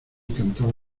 cantaba